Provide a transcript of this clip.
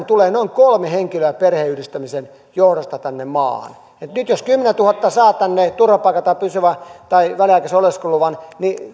tulee noin kolme henkilöä perheenyhdistämisen johdosta tänne maahan että nyt jos kymmenentuhatta saa tänne turvapaikan tai pysyvän tai väliaikaisen oleskeluluvan niin